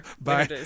bye